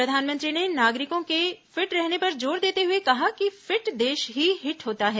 प्रधानमंत्री ने नागरिकों के फिट रहने पर जोर देते हुए कहा कि फिट देश ही हिट होता है